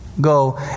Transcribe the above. Go